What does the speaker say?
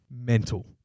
mental